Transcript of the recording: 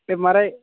ते महाराज